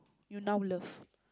you now love